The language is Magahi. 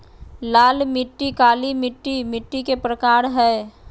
लाल मिट्टी, काली मिट्टी मिट्टी के प्रकार हय